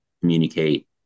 communicate